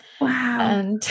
Wow